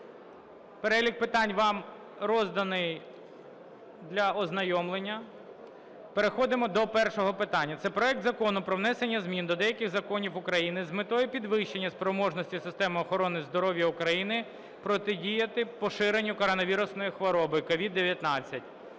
Перелік питань вам розданий для ознайомлення. Переходимо до першого питання – проект Закону про внесення змін до деяких законів України з метою підвищення спроможності системи охорони здоров'я України протидіяти поширенню коронавірусної хвороби COVID-19